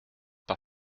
par